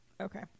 okay